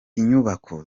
inyubako